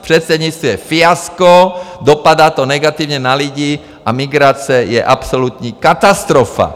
Předsednictví je fiasko, dopadá to negativně na lidi a migrace je absolutní katastrofa.